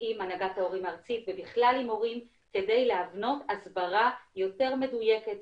עם הנהגת ההורים הארצית ובכלל עם הורים כדי להבנות הסברה יותר מדויקת,